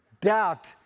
doubt